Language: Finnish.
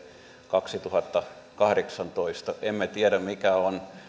kaksituhattakahdeksantoista emme tiedä mikä on